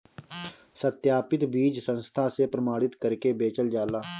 सत्यापित बीज संस्था से प्रमाणित करके बेचल जाला